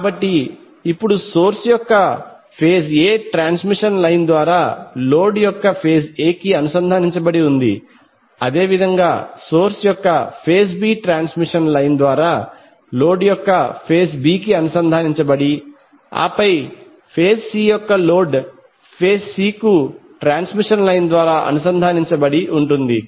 కాబట్టి ఇప్పుడు సోర్స్ యొక్క ఫేజ్ A ట్రాన్స్మిషన్ లైన్ ద్వారా లోడ్ యొక్క ఫేజ్ A కి అనుసంధానించబడి ఉంది అదేవిధంగా సోర్స్ యొక్క ఫేజ్ B ట్రాన్స్మిషన్ లైన్ ద్వారా లోడ్ యొక్క ఫేజ్ B కి అనుసంధానించబడి ఆపై ఫేజ్ C యొక్క లోడ్ ఫేజ్ C కు ట్రాన్స్మిషన్ లైన్ ద్వారా అనుసంధానించబడి ఉంటుంది